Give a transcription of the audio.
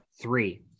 Three